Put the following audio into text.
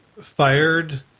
fired